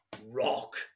rock